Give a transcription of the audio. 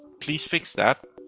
please fix that.